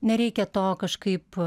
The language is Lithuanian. nereikia to kažkaip